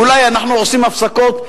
אולי אנחנו עושים הפסקות.